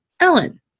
Ellen